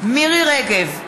מירי רגב,